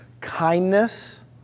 kindness